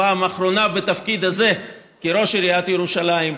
בפעם האחרונה בתפקיד הזה כראש עיריית ירושלים,